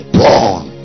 born